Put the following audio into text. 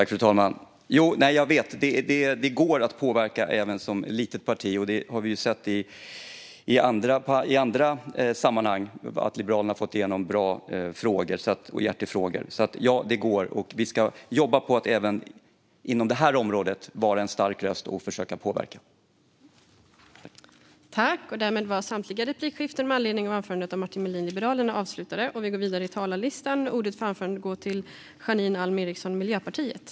Fru talman! Jag vet att det går att påverka även som litet parti. I andra sammanhang har Liberalerna fått igenom bra saker i hjärtefrågor. Det går, och vi ska jobba på att vara en stark röst och försöka påverka även inom det här området.